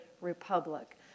republic